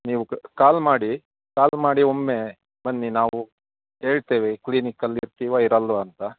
ನೀವು ಕಾಲ್ ಮಾಡಿ ಕಾಲ್ ಮಾಡಿ ಒಮ್ಮೆ ಬನ್ನಿ ನಾವು ಹೇಳ್ತೇವೆ ಕ್ಲಿನಿಕ್ ಅಲ್ಲಿ ಇರ್ತೀವಾ ಇರಲ್ಲವಾ ಅಂತ